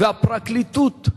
והפרקליטות,